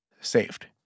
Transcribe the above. saved